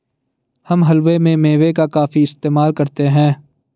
हम हलवे में मेवे का काफी इस्तेमाल करते हैं